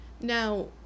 Now